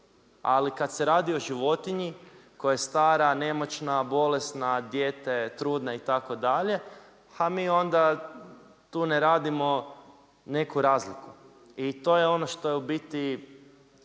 Ali, kad se radi o životinji, koja je stara, nemoćna, bolesna, dijete trudna itd. a mi onda tu ne radimo neku razliku. I to je ono što je u biti,